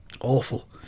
Awful